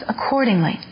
accordingly